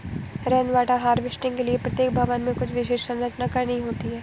rain water harvesting के लिए प्रत्येक भवन में कुछ विशेष संरचना करनी होती है